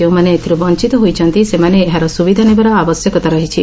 ଯେଉଁମାନେ ଏଥରୁ ବସ୍ଥତ ହୋଇଛନ୍ତି ସେମାନେ ଏହାର ସୁବିଧା ନେବାର ଆବଶ୍ୟକତା ରହିଛି